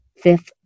Fifth